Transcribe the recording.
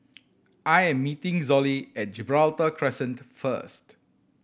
I'm meeting Zollie at Gibraltar Crescent first